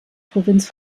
provinz